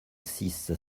six